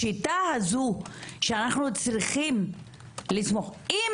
השיטה הזו שאנחנו צריכים לסמוך אם